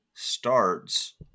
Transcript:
starts